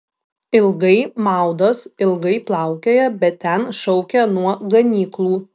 ilgai maudos ilgai plaukioja bet ten šaukia nuo ganyklų